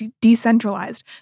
decentralized